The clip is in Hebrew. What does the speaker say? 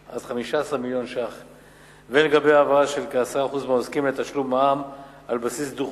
מיליון ש"ח ולגבי העברה של כ-10% מהעוסקים לתשלום מע"מ על בסיס דו-חודשי.